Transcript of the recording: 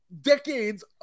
decades